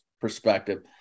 perspective